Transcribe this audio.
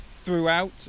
throughout